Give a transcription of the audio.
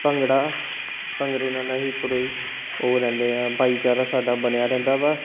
ਭੰਗੜਾ ਭੰਗੜੇ ਨਾਲ ਅਸੀਂ ਪੂਰੇ ਓ ਰਹਿੰਦੇ ਹਾਂ ਭਾਈਚਾਰਾ ਸਾਡਾ ਬਣਿਆ ਰਹਿੰਦਾ ਵਾ